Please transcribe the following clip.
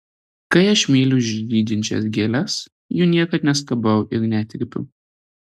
kai aš myliu žydinčias gėles jų niekad neskabau ir netrypiu